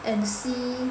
and see